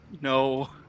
No